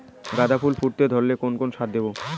গাদা ফুল ফুটতে ধরলে কোন কোন সার দেব?